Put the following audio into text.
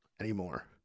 anymore